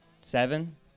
seven